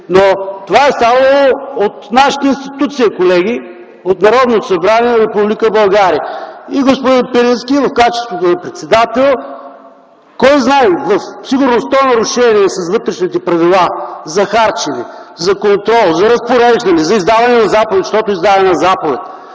но това е станало от нашата институция, колеги, от Народното събрание на Република България. Господин Пирински в качеството на председател – кой знае, сигурно в 100 нарушения с вътрешните правила за харчене, за контрол, за разпореждане, за издаване на заповед, защото е издадена заповед